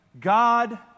god